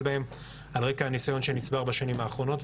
בהם על רקע הניסיון שנצבר בשנים האחרונות,